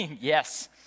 yes